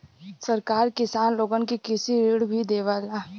सरकार किसान लोगन के कृषि ऋण भी देला